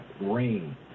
rain